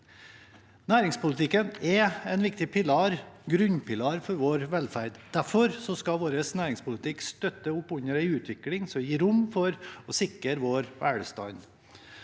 Næringspolitikken er en viktig grunnpilar for vår velferd. Derfor skal vår næringspolitikk støtte opp under en utvikling som gir rom for å sikre vår velstand.